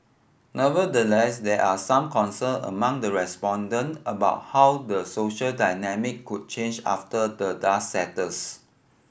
nevertheless there are some concern among the respondent about how the social dynamic could change after the dust settles